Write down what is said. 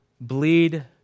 bleed